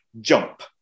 jump